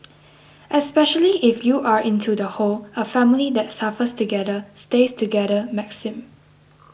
especially if you are into the whole a family that suffers together stays together maxim